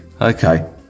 Okay